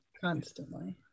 constantly